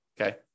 okay